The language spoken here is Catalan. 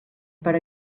per